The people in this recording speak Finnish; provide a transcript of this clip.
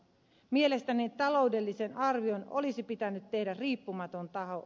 mielestäni taloudellisen arvion olisi pitänyt tehdä riippumaton taho